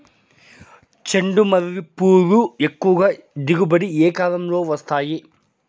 చెండుమల్లి పూలు ఎక్కువగా దిగుబడి ఏ కాలంలో వస్తాయి